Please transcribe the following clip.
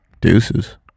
Deuces